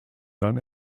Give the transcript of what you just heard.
dann